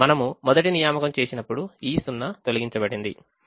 మనము మొదటి నియామకం చేసినప్పుడు ఈ సున్నా తొలగించబడింది